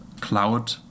cloud